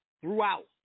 throughout